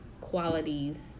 qualities